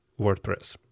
WordPress